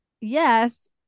yes